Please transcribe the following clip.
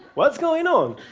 what's going on?